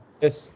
Yes